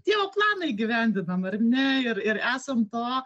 tėvo planą įgyvendinam ar ne ir ir esam to